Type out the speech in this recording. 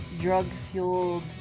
drug-fueled